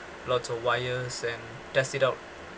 lots of wires and test it out